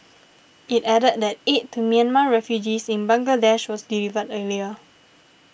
it added that aid to Myanmar refugees in Bangladesh was delivered earlier